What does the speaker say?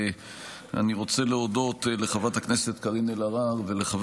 אני רוצה להודות לחברת הכנסת קארין אלהרר ולחבר